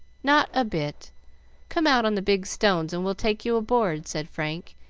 not a bit come out on the big stones and we'll take you aboard, said frank,